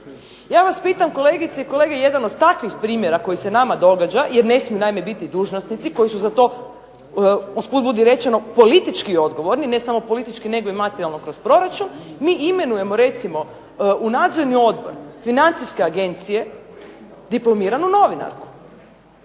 Ja vas pitam kolegice i kolege jedan od takvih primjera koji se nama događa jer ne smiju naime biti dužnosnici koji su za to usput budi rečeno politički odgovorni, ne samo politički nego i materijalno kroz proračun, mi imenujemo recimo u nadzorni odbor financijske agencije diplomiranu novinarku.